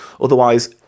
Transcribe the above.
Otherwise